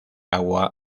agua